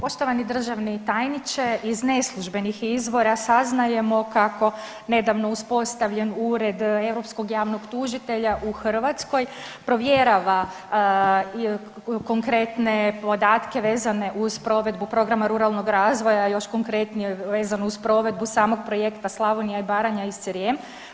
Poštovani državni tajniče, iz neslužbenih izvora saznajemo kako nedavno uspostavljen Ured europskog javnog tužitelja u Hrvatskoj provjerava konkretne podatke vezane uz provedbu Programa ruralnog razvoja, još konkretnije vezano uz provedbu samog projekta Slavonija, Baranja i Srijem.